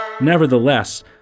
Nevertheless